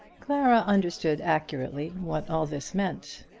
clara understood accurately what all this meant.